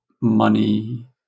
money